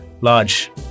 large